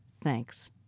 Thanks